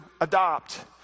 adopt